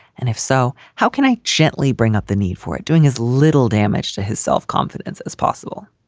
and if so, how can i gently bring up the need for it? doing as little damage to his self-confidence as possible.